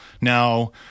Now